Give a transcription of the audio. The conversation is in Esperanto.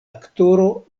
aktoro